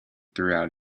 throughout